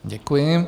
Děkuji.